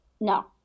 No